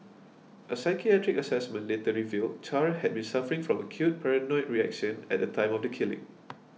a psychiatric assessment later revealed Char had been suffering from acute paranoid reaction at the time of the killing